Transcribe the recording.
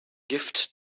gift